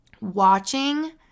watching